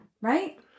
Right